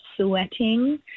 sweating